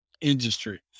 industry